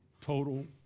total